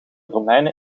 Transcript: romeinen